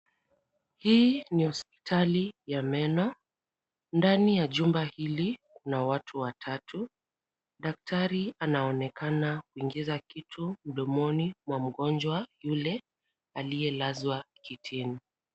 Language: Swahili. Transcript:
Hii ni hospitali ya meno , ndani ya chumba hili kuna watu watatu , daktari anaonekana kuingiza kitu mdomoni mwa mgonjwa yule aliyelazwa kitini.